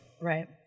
Right